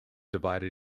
divided